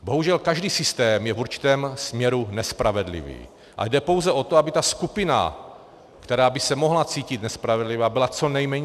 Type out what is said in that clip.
Bohužel každý systém je v určitém směru nespravedlivý a jde pouze o to, aby ta skupina, která by se mohla cítit nespravedlivě, byla co nejmenší.